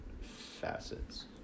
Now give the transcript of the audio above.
facets